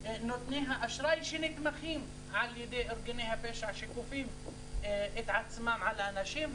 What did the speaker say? נותני האשראי שנתמכים על ידי ארגוני הפשע שכופים את עצמם על האנשים.